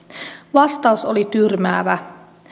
vastaus oli tyrmäävä